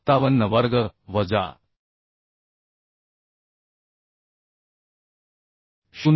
57 वर्ग वजा 0